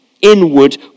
inward